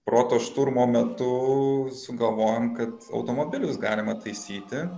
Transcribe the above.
proto šturmo metu sugalvojom kad automobilius galima taisyti